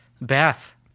Beth